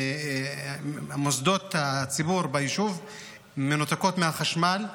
מוסדות הציבור ביישוב מנותקים מהחשמל.